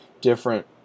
different